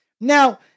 Now